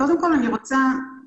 נשמע קודם את עורכת הדין חנה טירי.